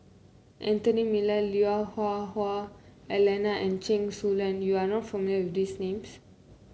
Anthony Miller Lui Hah Wah Elena and Chen Su Lan you are not familiar with these names